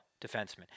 defenseman